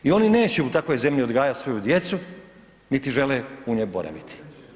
I oni neće u takvoj zemlji odgajati svoju djecu, niti žele u njoj boraviti.